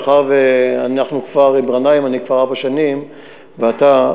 מאחר שאני עם גנאים כבר ארבע שנים ואתה,